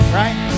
right